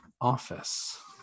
office